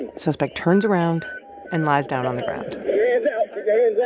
and suspect turns around and lies down on the ground yeah